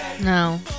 No